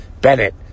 Bennett